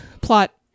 Plot